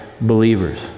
believers